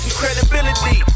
credibility